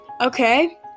Okay